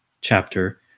chapter